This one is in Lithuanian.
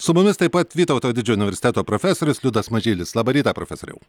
su mumis taip pat vytauto didžiojo universiteto profesorius liudas mažylis labą rytą profesoriau